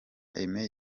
aime